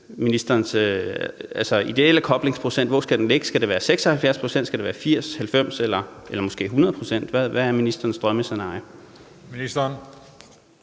Hvor skal den ligge? Skal den være 76 pct., skal den være 80 pct., 90 pct. eller måske 100 pct.? Hvad er ministerens drømmescenarie.